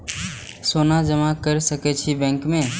सोना जमा कर सके छी बैंक में?